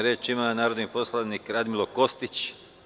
Reč ima narodni poslanik Radmilo Kostić.